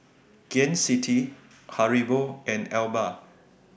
Gain City Haribo and Alba